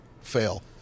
fail